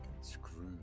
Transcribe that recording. screwed